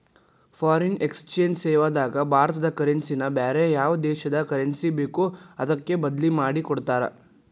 foreign exchange ಸೇವಾದಾಗ ಭಾರತದ currency ನ ಬ್ಯಾರೆ ಯಾವ್ ದೇಶದ್ ಕರೆನ್ಸಿ ಬೇಕೊ ಅದಕ್ಕ ಬದ್ಲಿಮಾದಿಕೊಡ್ತಾರ್